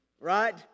right